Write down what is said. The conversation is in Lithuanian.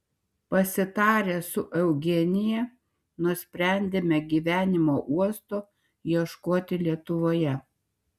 pasitarę su eugenija nusprendėme gyvenimo uosto ieškoti lietuvoje